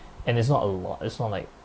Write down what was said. and it's not a lot it's not like